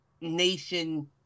nation